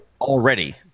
Already